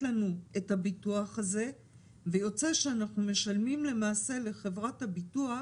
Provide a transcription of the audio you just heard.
לנו את הביטוח הזה ויוצא שאנחנו משלמים לחברת הביטוח